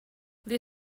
they